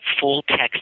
full-text